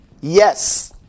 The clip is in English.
Yes